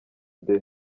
day